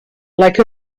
like